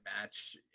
match